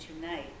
tonight